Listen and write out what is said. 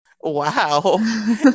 Wow